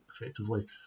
effectively